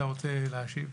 אתה רוצה להשיב?